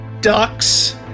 ducks